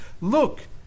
Look